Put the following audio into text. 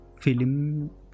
film